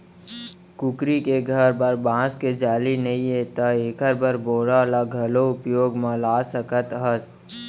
कुकरी के घर बर बांस के जाली नइये त एकर बर बोरा ल घलौ उपयोग म ला सकत हस